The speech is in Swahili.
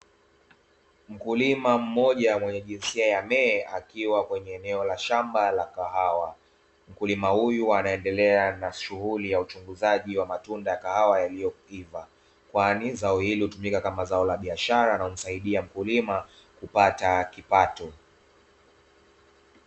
Mkulima mmoja mwenye jinsia ya "me" akiwa kwenye eneo la shamba la kahawa. Mkulima huyu anaendelea na shughuli ya uchunguzaji wa matunda ya kahawa yaliyoiva. Kwani zao hili hutumika kama zao la biashara na humsaidia mkulima kupata kipato.